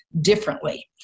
differently